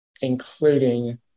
including